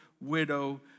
widow